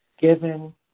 given